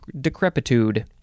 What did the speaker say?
decrepitude